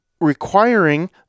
requiring